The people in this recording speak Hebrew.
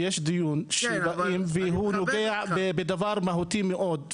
ויש דיון שהוא נוגע בדבר מהותי מאוד,